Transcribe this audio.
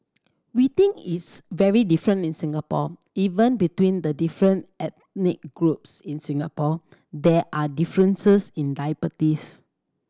we think it's very different in Singapore even between the different ethnic groups in Singapore there are differences in diabetes